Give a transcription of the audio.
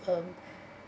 um